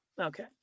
Okay